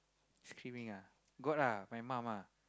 screaming ah got ah my mum ah